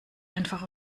einfach